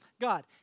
God